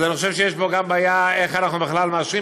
אז אני חושב שיש פה גם בעיה איך אנחנו בכלל מאשרים,